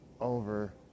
over